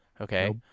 Okay